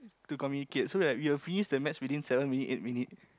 to communicate so like we will finish the match within seven minute eight minute